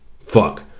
Fuck